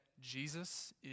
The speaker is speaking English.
Jesus